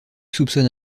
soupçonne